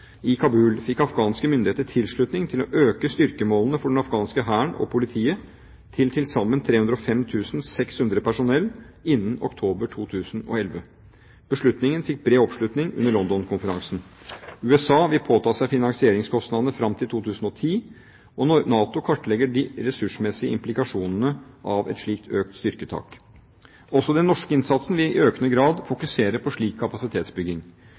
i Kabul fikk afghanske myndigheter tilslutning til å øke styrkemålene for den afghanske hæren og politiet til til sammen 305 600 personell innen oktober 2011. Beslutningen fikk bred oppslutning under London-konferansen. USA vil påta seg finansieringskostnadene fram til og med 2010, og NATO kartlegger de ressursmessige implikasjonene av et slikt økt styrketak. Også den norske innsatsen vil i økende grad fokusere på slik kapasitetsbygging.